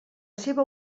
seva